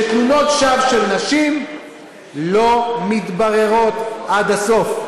שתלונות שווא של נשים לא מתבררות עד הסוף.